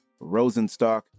Rosenstock